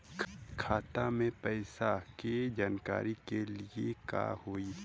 खाता मे पैसा के जानकारी के लिए का होई?